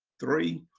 three,